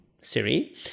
Siri